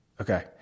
Okay